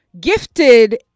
gifted